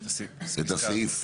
את הסעיף,